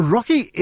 Rocky